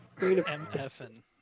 MFN